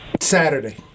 Saturday